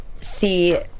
see